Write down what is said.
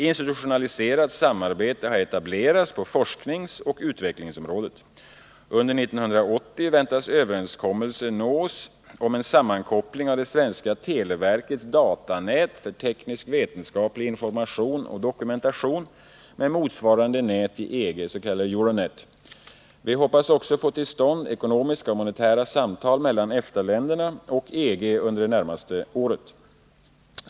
Institutionaliserat samarbete har etablerats på forskningsoch utvecklingsområdet. Under 1980 väntas överenskommelse nås om en sammankoppling av det svenska televerkets datanät för teknisk-vetenskaplig information och dokumentation med motsvarande nät i EG, det s.k. Euronet. Vi hoppas också få till stånd ekonomiska och monetära samtal mellan EFTA-länderna och EG under det närmaste året.